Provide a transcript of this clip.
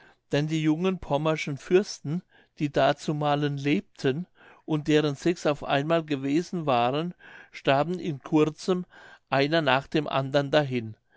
denn die jungen pommerschen fürsten die dazumalen lebten und deren sechs auf einmal gewesen waren starben in kurzem einer nach dem andern dahin